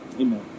Amen